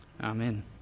Amen